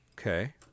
okay